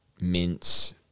mince